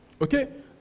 Okay